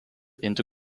into